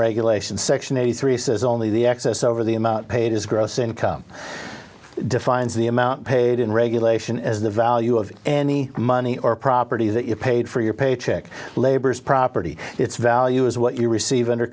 regulation section eighty three says only the excess over the amount paid as gross income defines the amount paid in regulation as the value of any money or property that you paid for your paycheck labor is property its value is what you receive under